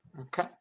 Okay